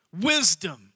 wisdom